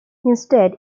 instead